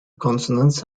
consonants